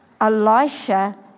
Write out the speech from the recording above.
Elisha